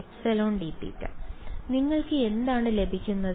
ε dθ നിങ്ങൾക്ക് എന്താണ് ലഭിക്കുന്നത്